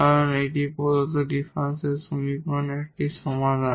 কারণ এটি প্রদত্ত ডিফারেনশিয়াল সমীকরণের একটি সমাধান